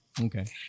Okay